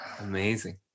Amazing